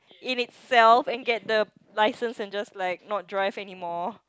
in itself and get the license and just like not drive anymore